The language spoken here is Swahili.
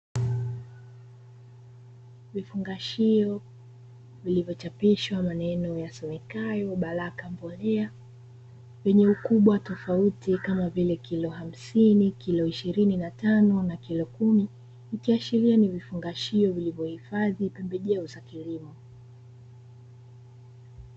Vifungashio vilivyochapishwa maneno yasemekayo 'baraka mbolea' vyenye ukubwa tofauti kama vile: kilo hamsini, kilo ishirini na tano, na kilo kumi, ikiashiria ni vifungashio vilivyohifadhi pembejeo za kilimo.